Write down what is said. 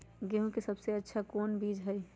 गेंहू के सबसे अच्छा कौन बीज होई?